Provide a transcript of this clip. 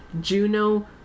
Juno